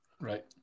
Right